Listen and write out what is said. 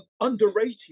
underrated